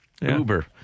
Uber